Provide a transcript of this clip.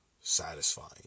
satisfying